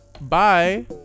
bye